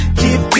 keep